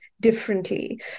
differently